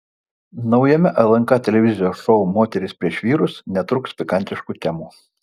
naujame lnk televizijos šou moterys prieš vyrus netrūks pikantiškų temų